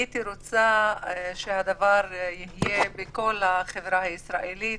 הייתי רוצה שהדבר יהיה בכל החברה הישראלית,